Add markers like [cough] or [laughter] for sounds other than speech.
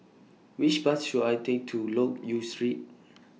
Which Bus should I Take to Loke Yew Street [noise]